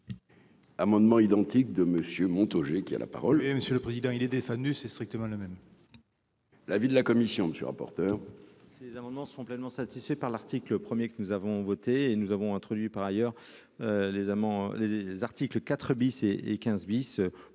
Amendements identiques de monsieur Montaugé qui a la parole est à monsieur le président, il est défendu, c'est strictement la même. L'avis de la commission monsieur rapporteur. Ces amendements sont pleinement satisfait par l'article 1er que nous avons voté et nous avons introduit par ailleurs les amants les article IV bis